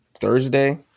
Thursday